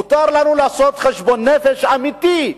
מותר לנו לעשות חשבון נפש אמיתי,